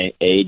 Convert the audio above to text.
age